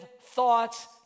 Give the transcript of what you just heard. thoughts